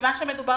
כיוון שמדובר